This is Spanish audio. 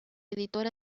editora